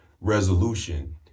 resolution